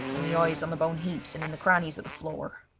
and the eyes on the bone heaps and in the crannies of the floor.